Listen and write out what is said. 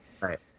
Right